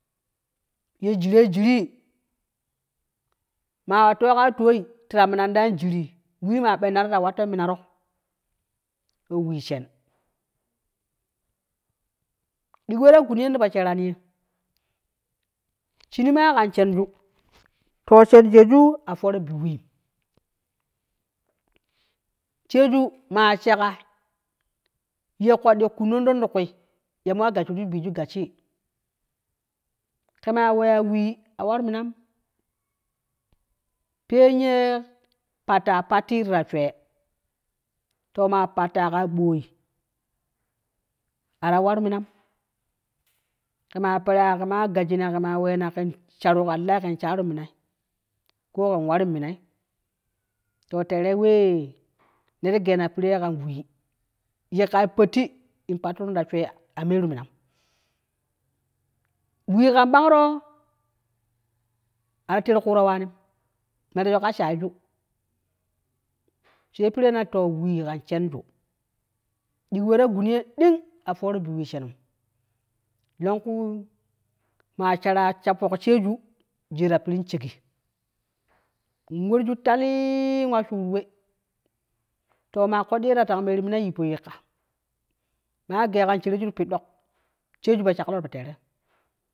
Ye jiro jiri, maa wa toogai tooi ti ta minani ta anjirii wii maa ɓennaro ta watto mina ro wii shen dugo weta gun ye ne tipo sheerani ye shinii maa kan shen ju to shen sheeju a fooro bi wiim, sheeju maa shega ye koɗɗi kunnondon ti kuui ya mo wa gasshoju biju gasshi ke maa weya wii a war minam pen yee patta patti ti ta swe, to maa patta ka boi ara war minam, ke maa peraa kemaa gasshina ka maa weena ken sharu kan lai ken sharun minai ko ken warun minai to teree wee neti geena piree kan wii yikkai patti in patturun ta swe a meeru minam, wii kan bangro ari ter kuuro waanim meeroroka shaiju te piree na to wii kan shenju diji weeta gun ye ding a fooro bi wii shenum, longku maa shara sha fok sheju jiye ta piri in shegi in warju jiye ta piri in shegi in warju tali-in wa shuru we to maa koɗɗi ye ta tang merun mina yippo yikka maa geega in shereju to pid ɗok sheeju po shaklo tipo teere.